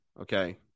okay